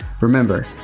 Remember